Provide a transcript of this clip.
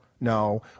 no